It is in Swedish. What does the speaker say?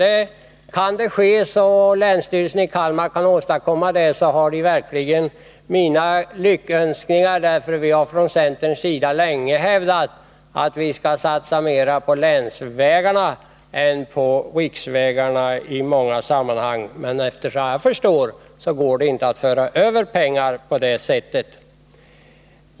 Men kan det ske och länsstyrelsen i Kalmar kan åstadkomma detta har de verkligen mina lyckönskningar. Vi har från centerns sida länge hävdat att vi skall satsa mer på länsvägarna än på riksvägarna. Men såvitt jag förstår går det inte att föra över pengar på det sättet.